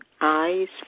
Eyes